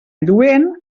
lluent